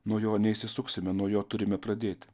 nuo jo neišsisuksime nuo jo turime pradėti